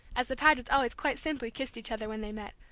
as the pagets always quite simply kissed each other when they met,